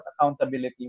accountability